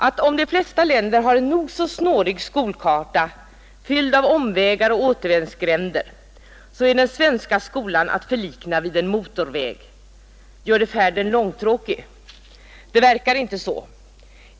a: ”Om de flesta länder har en nog så snårig skolkarta, fylld av omvägar och återvändsgränder, så är den svenska skolan att förlikna vid en motorväg. Gör det färden långtråkig? Det verkar inte så.